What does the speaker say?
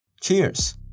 Cheers